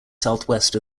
southwest